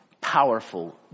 powerful